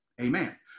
Amen